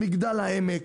מגדל העמק.